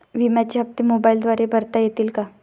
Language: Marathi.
विम्याचे हप्ते मोबाइलद्वारे भरता येतील का?